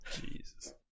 Jesus